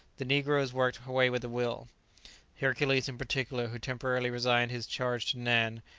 the negroes worked away with a will hercules, in particular, who temporarily resigned his charge to nan,